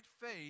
faith